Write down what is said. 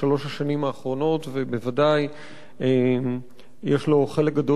ובוודאי יש לו חלק גדול בקידומו של המהלך הזה.